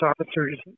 officers